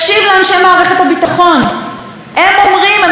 הם אומרים, הם מצביעים על האיוולת כל פעם.